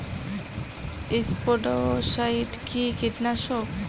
স্পোডোসাইট কি কীটনাশক?